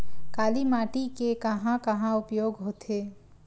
काली माटी के कहां कहा उपयोग होथे?